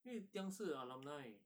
因为 tiang 是 alumni